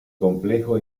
complejo